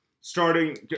starting